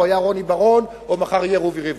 או היה רוני בר-און או מחר יהיה רובי ריבלין,